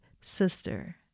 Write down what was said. sister